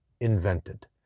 Invented